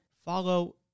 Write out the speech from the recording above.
Follow